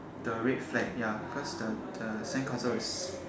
the red flag ya cause the the sandcastle is